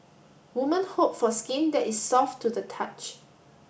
women hope for skin that is soft to the touch